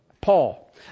Paul